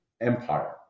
empire